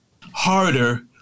harder